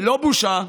בלא בושה,